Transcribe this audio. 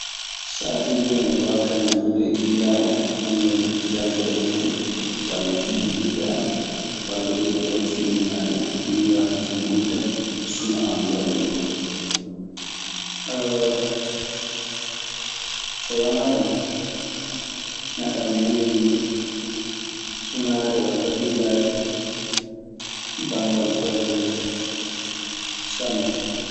Saatuuje mi wartan mi yiida e giƴiraaɓe an. Mi hinnoo miɗe jalda e muuɗun walla fijjidiɓɓe an walla duu mi ƴeewa filmuŋaaji an. Ɗun nii waɗta so mi ɓuyta suno an golle gooka. So wanaa ɗun, neɗɗo ana heewii sunaade walaa ɓillaade banngal golle muuɗun sanne.